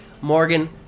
Morgan